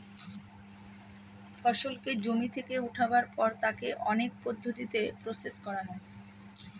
ফসলকে জমি থেকে উঠাবার পর তাকে অনেক পদ্ধতিতে প্রসেস করা হয়